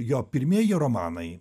jo pirmieji romanai